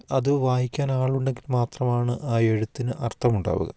അതു വായിക്കാൻ ആളുണ്ടെങ്കിൽ മാത്രമാണ് ആ എഴുത്തിന് അർത്ഥമുണ്ടാവുക